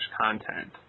content